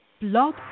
Blog